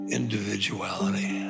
individuality